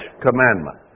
commandment